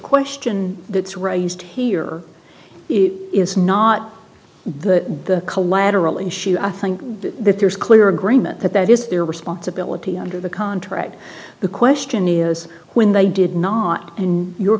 question that's raised here it is not the collateral and should i think that there is clear agreement that that is their responsibility under the contract the question is when they did not in your